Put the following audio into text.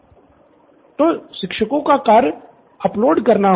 professor बाला तो शिक्षकों का कार्य अपलोड करना हुआ